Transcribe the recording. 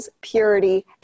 purity